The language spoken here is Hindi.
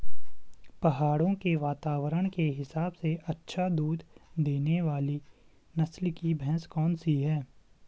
पहाड़ों के वातावरण के हिसाब से अच्छा दूध देने वाली नस्ल की भैंस कौन सी हैं?